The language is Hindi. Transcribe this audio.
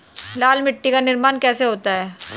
लाल मिट्टी का निर्माण कैसे होता है?